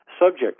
subject